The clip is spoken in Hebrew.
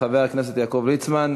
חבר הכנסת יעקב ליצמן,